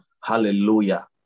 Hallelujah